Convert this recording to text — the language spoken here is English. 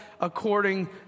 according